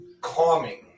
calming